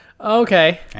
Okay